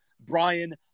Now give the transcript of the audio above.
Brian